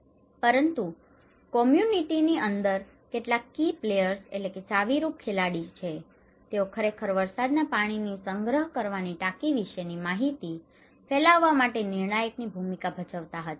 પરંતુ કમ્યૂનિટીની community સમુદાય અંદર કેટલાક કી પ્લેયર્સ key players ચાવીરૂપ ખેલાડીઓ પણ છે તેઓ ખરેખર વરસાદના પાણીની સંગ્રહ કરવાની ટાંકી વિશેની માહિતી ફેલાવવા માટે નિર્ણાયકની ભૂમિકા ભજવતા હતા